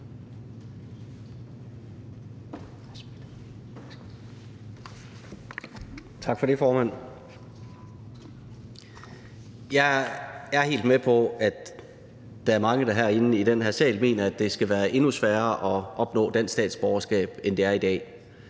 Tak for det, formand. Jeg er helt med på, at der er mange herinde i den her sal, der mener, at det skal være endnu sværere at opnå dansk statsborgerskab, end det er i dag.